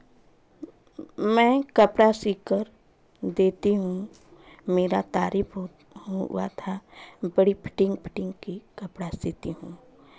मैं कपड़ा सिल कर देती हूँ मेरा तारीफ होता हुआ था बड़ी फिटिंग फिटिंग की कपड़ा सिलती हूँ